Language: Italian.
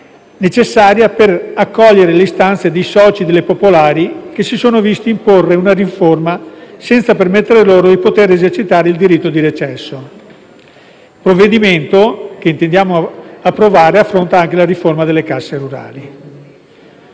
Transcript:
necessaria per accogliere l'istanza di soci delle popolari che si sono visti imporre una riforma senza che fosse loro permesso di poter esercitare il diritto di recesso. Il provvedimento che intendiamo approvare affronta anche la riforma delle casse rurali.